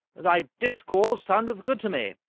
thy discourse soundeth good to me.